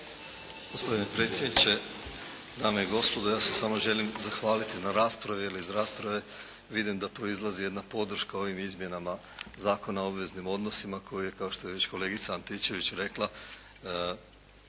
Gospodine predsjedniče, dame i gospodo. Ja se samo želim zahvaliti na raspravi, jer rasprave vidim da proizlazi jedna podrška o ovim izmjenama Zakona o obveznim odnosima koji je kao što je već kolegica Antičević rekla,